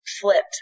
flipped